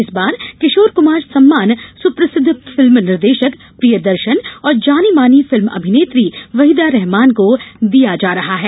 इस बार किशोर कमार सम्मान सुप्रसिद्ध फिल्म निर्देशक प्रियदर्शन और जानी मानी फिल्म अभिनेत्री वहिदा रहमान को दिया जा रहा है